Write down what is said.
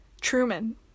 Truman